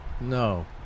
No